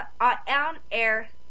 on-air